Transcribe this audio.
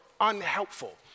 unhelpful